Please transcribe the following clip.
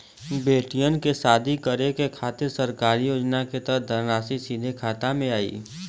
बेटियन के शादी करे के खातिर सरकारी योजना के तहत धनराशि सीधे खाता मे आई?